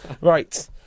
Right